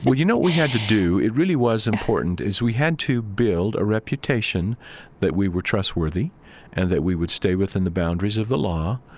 what you know we had to do it really was important is we had to build a reputation that we were trustworthy and that we would stay within the boundaries of the law.